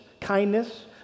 kindness